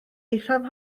eithaf